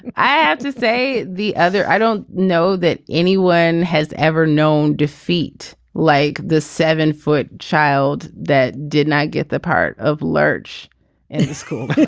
i have to say the other. i don't know that anyone has ever known defeat like this seven foot child that did not get the part of large in the school